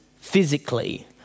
physically